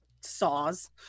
saws